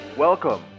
Welcome